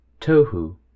Tohu